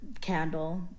candle